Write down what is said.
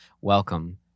welcome